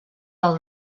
del